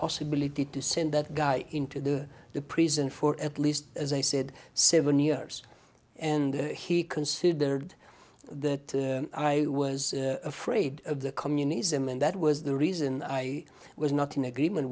possibility to send that guy in to the prison for at least as i said seven years and he considered that i was afraid of the communism and that was the reason i was not in agreement